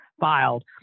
filed